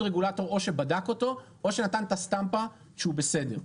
רגולטור פה שבדק אותו או שנתן את הסטמפה שהוא בסדר.